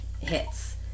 hits